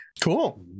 Cool